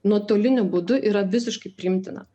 nuotoliniu būdu yra visiškai priimtina